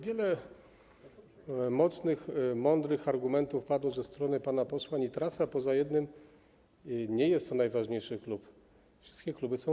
Wiele mocnych, mądrych argumentów padło ze strony pana posła Nitrasa, poza jednym: nie jest to najważniejszy klub, wszystkie kluby są równe.